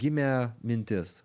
gimė mintis